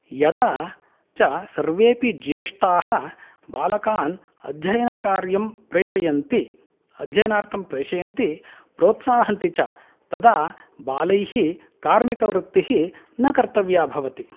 यदा च सर्वेऽपि जेष्ठाः बालकान् अधययनकार्यं प्रेषयन्ति अध्ययनार्थं प्रेषयन्ति प्रोत्सहन्ति च तदा बालैः कार्मिकवृत्तिः न कर्तव्या भवति